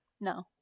no